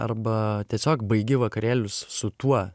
arba tiesiog baigi vakarėlius su tuo